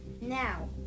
Now